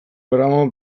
gramo